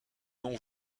nom